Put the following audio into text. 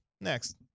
next